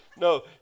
No